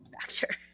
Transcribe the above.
factor